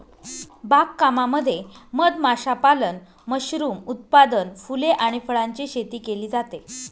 बाग कामामध्ये मध माशापालन, मशरूम उत्पादन, फुले आणि फळांची शेती केली जाते